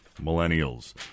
Millennials